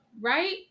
right